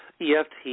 EFT